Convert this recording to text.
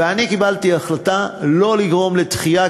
ואני קיבלתי החלטה לא לגרום לדחייה,